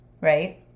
right